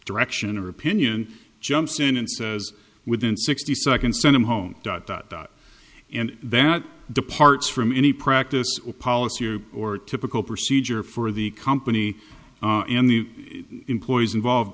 direction or opinion jumps in and says within sixty seconds send him home dot dot dot and that departs from any practice or policy or typical procedure for the company in the employees involved